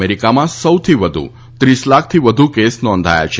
અમેરિકામાં સૌથી વધુ ત્રીસ લાખથી વધુ કેસ નોંધાયા છે